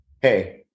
hey